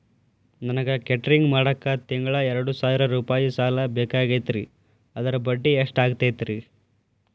ನನಗ ಕೇಟರಿಂಗ್ ಮಾಡಾಕ್ ತಿಂಗಳಾ ಎರಡು ಸಾವಿರ ರೂಪಾಯಿ ಸಾಲ ಬೇಕಾಗೈತರಿ ಅದರ ಬಡ್ಡಿ ಎಷ್ಟ ಆಗತೈತ್ರಿ?